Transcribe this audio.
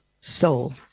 soul